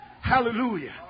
Hallelujah